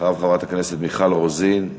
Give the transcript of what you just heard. אחריו, חברת הכנסת מיכל רוזין.